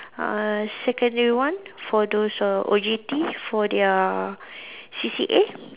uh secondary one for those who are for their C_C_A